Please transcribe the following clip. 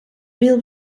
real